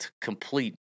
complete